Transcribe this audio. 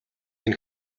энэ